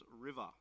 River